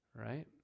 Right